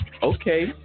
Okay